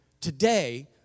Today